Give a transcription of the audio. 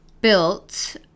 built